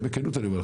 ובכנות אני אומר,